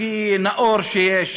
הכי נאור שיש.